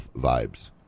vibes